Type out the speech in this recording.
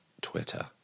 Twitter